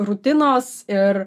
rutinos ir